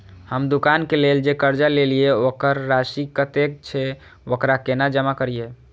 हम दुकान के लेल जे कर्जा लेलिए वकर राशि कतेक छे वकरा केना जमा करिए?